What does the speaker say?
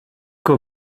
cow